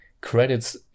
credits